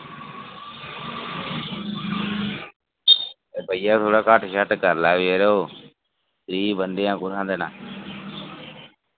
ते भैया थोह्ड़ा घट्ट करी लैएओ यरो गरीब बंदे आं कुत्थां देना